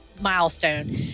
milestone